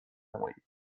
نمایید